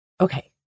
Okay